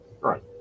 Right